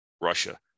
Russia